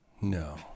No